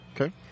Okay